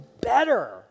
better